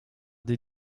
des